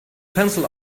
pencil